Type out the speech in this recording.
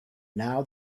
now